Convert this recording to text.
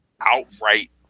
outright